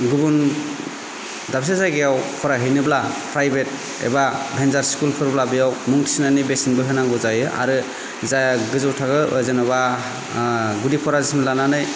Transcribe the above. गुबुन दाबसे जायगायाव फरायहैनोब्ला प्रायभेट एबा भेनसार स्कुलफोरावब्ला बेयाव मुं थिसननायनि बेसेनबो होनांगौ जायो आरो जाया गोजौ थाखो जेनेबा गुदि फरायसालिनिफ्राय लानानै